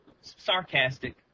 sarcastic